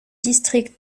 district